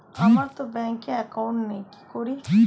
আমারতো ব্যাংকে একাউন্ট নেই কি করি?